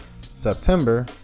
September